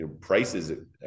prices